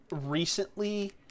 recently